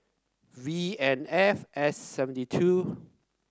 V N F S seven two